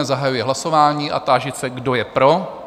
Zahajuji hlasování a táži se, kdo je pro?